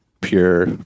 pure